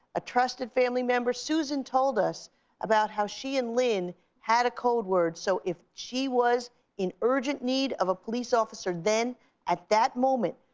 a trusted family member. susan told us about how she and lyn had a code word. so if she was in urgent need of a police officer then at that moment,